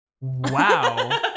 Wow